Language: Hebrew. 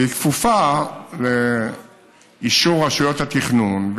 והיא כפופה לאישור רשויות התכנון.